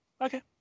okay